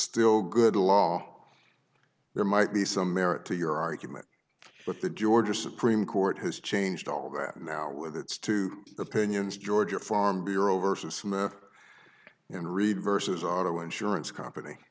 still good law there might be some merit to your argument but the georgia supreme court has changed all that now with its two opinions georgia farm bureau versus math and read versus auto insurance company